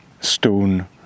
stone